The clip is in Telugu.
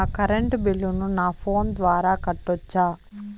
నా కరెంటు బిల్లును నా ఫోను ద్వారా కట్టొచ్చా?